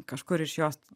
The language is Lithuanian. kažkur iš jos